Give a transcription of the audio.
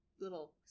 little